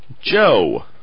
Joe